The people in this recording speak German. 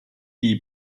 die